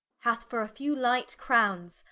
hath for a few light crownes,